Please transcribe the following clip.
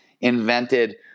invented